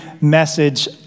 message